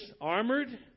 armored